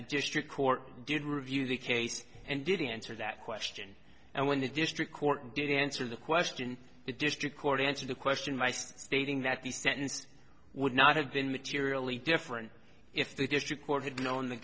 district court did review the case and didn't answer that question and when the district court did answer the question the district court answer the question by stating that the sentence would not have been materially different if the district court had known the